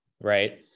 right